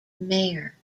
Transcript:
mayor